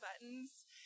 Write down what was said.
buttons